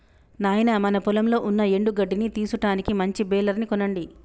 నాయినా మన పొలంలో ఉన్న ఎండు గడ్డిని తీసుటానికి మంచి బెలర్ ని కొనండి